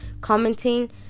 commenting